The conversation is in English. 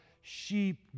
sheep